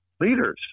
leaders